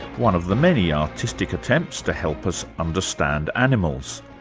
one of the many artistic attempts to help us understand animals.